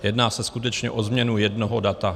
Jedná se skutečně o změnu jednoho data.